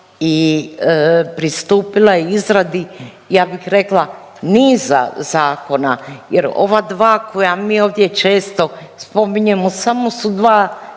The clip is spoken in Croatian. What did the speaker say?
i pristupila izradi, ja bih rekla niza zakona jer ova dva koja mi ovdje često spominjemo samo su dva